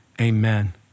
amen